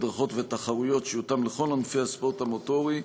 הדרכות ותחרויות ויותאם לכל ענפי הספורט המוטורי.